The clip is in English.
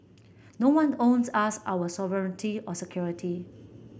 no one owes us our sovereignty or security